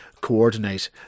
coordinate